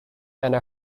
and